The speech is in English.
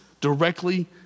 directly